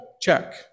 Check